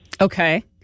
Okay